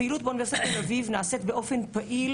הפעילות באוניברסיטת תל-אביב נעשית באופן פעיל